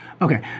Okay